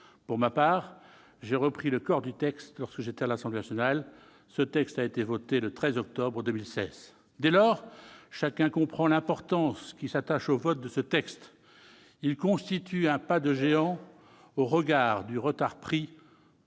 Pour ma part, j'ai repris le corps du texte lorsque j'étais à l'Assemblée nationale. Ce texte a été voté le 13 octobre 2016. Dès lors, chacun comprend l'importance qui s'attache au vote de ce texte. Il constitue un pas de géant au regard du retard pris